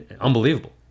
unbelievable